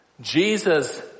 Jesus